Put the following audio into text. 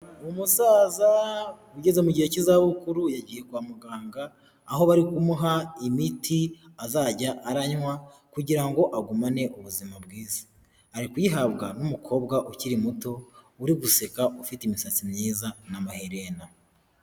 Umusaza ugeze mu gihe cy'izabukuru yagiye kwa muganga, aho bari kumuha imiti azajya aranywa kugira ngo agumane ubuzima bwiza, ari kuyihabwa n'umukobwa ukiri muto uri guseka, ufite imisatsi myiza n'amaherena.